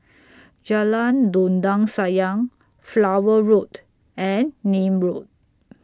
Jalan Dondang Sayang Flower Road and Nim Road